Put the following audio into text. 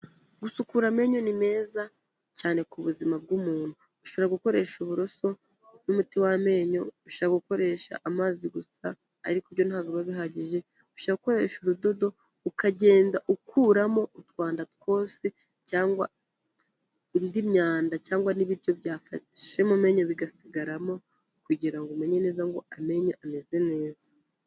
Gusukura amenyo ni meza cyane ku buzima bw'umuntu. Ushobora gukoresha uburoso n'umuti w'amenyo, ushobora gukoresha amazi gusa, ariko ibyo ntabwo biba bihagije, ushobora gukoresha urudodo ukagenda ukuramo utwanda twose cyangwa indi myanda, cyangwa n'ibiryo byafashe mumenyo bigasigaramo, kugirango umenye neza ngo amenyo ameze neza.